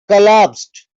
collapsed